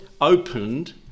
opened